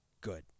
good